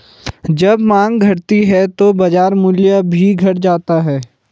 जब माँग घटती है तो बाजार मूल्य भी घट जाता है